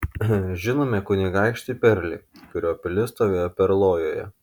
žinome kunigaikštį perlį kurio pilis stovėjo perlojoje